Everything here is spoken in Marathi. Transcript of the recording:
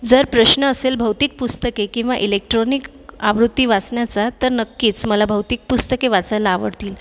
जर प्रश्न असेल भौतिक पुस्तके किंवा इलेक्ट्रॉनिक आवृत्ती वाचण्याचा तर नक्कीच मला भौतिक पुस्तके वाचायला आवडतील